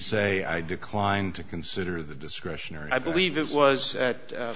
say i declined to consider the discretionary i believe it was